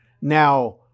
Now